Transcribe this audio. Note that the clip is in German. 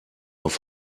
auf